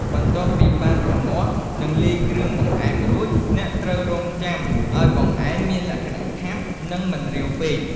បន្ទាប់ពីបានរំងាស់ និងលាយគ្រឿងបង្អែមរួច អ្នកត្រូវរង់ចាំឱ្យបង្អែមមានលក្ខណៈខាប់ និងមិនរាវពេក។